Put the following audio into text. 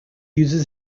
uses